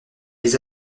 les